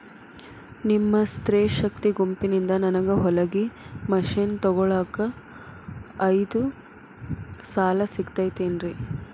ನಿಮ್ಮ ಸ್ತ್ರೇ ಶಕ್ತಿ ಗುಂಪಿನಿಂದ ನನಗ ಹೊಲಗಿ ಮಷೇನ್ ತೊಗೋಳಾಕ್ ಐದು ಸಾಲ ಸಿಗತೈತೇನ್ರಿ?